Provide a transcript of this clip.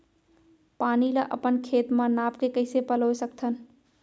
पानी ला अपन खेत म नाप के कइसे पलोय सकथन?